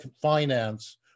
finance